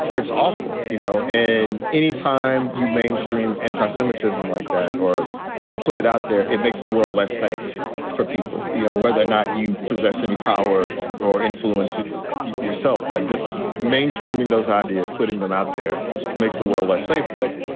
it's awful, you know, and any time you mainstream anti-semitism like that or i put it out there, it makes the world less safe for people, you know, whether or not you possess any power or influence it yourself like just mainstreaming those ideas, putting them out there makes the world less safe. but,